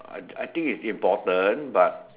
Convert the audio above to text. I I think it's important but